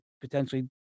potentially